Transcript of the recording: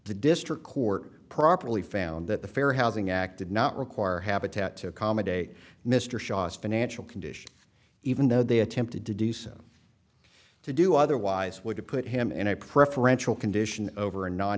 the district court properly found that the fair housing act did not require habitat to accommodate mr shaw's financial condition even though they attempted to do so to do otherwise would have put him in a preferential condition over a non